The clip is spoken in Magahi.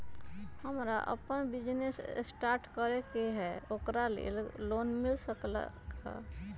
हमरा अपन बिजनेस स्टार्ट करे के है ओकरा लेल लोन मिल सकलक ह?